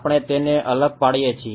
આપણે તેને અલગ પાડીએ છીએ